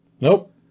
Nope